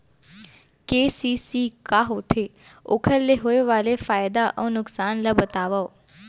KCC का होथे, ओखर ले होय वाले फायदा अऊ नुकसान ला बतावव?